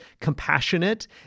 compassionate